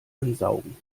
ansaugen